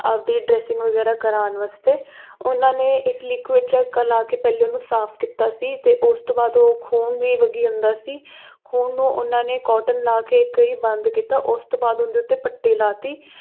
ਆਪਦੀ ਡਰੈਸਿੰਗ ਵਗੈਰਾ ਕਰਵਾਉਣ ਵਾਸਤੇ ਉਹਨਾਂ ਨੇ ਇੱਕ ਲਿਕੁਡ ਜਿਹਾ ਲਾ ਕੇ ਪਹਿਲੇ ਉਹਨੂੰ ਸਾਫ ਕੀਤਾ ਸੀ ਅਤੇ ਉਸ ਤੋਂ ਬਾਅਦ ਉਹ ਖੂਨ ਵੀ ਵਗੀ ਜਾਂਦਾ ਸੀ ਖੂਨ ਨੂੰ ਉਹਨਾਂ ਨੇ ਕਾਟਨ ਲਾ ਕੇ ਇੱਕ ਵਾਰੀ ਬੰਦ ਕੀਤਾ ਉਸ ਤੋਂ ਬਾਅਦ ਉਹਦੇ ਉੱਤੇ ਪੱਟੀ ਲਾਤੀ